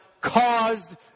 caused